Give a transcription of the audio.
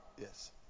Yes